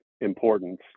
importance